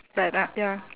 sebab dah ya